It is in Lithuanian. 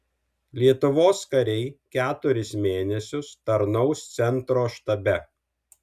lietuvos kariai keturis mėnesius tarnaus centro štabe